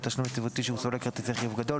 תשלום יציבותי שהוא סולק כרטיסי חיוב גדול".